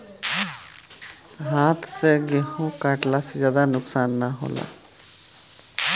हाथ से गेंहू कटला से ज्यादा नुकसान ना होला